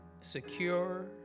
secure